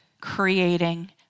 creating